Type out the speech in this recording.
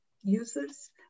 users